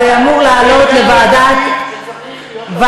זה אמור לעלות לוועדת הכספים.